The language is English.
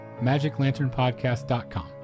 magiclanternpodcast.com